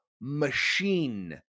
machine